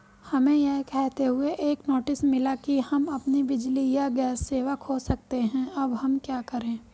हमें यह कहते हुए एक नोटिस मिला कि हम अपनी बिजली या गैस सेवा खो सकते हैं अब हम क्या करें?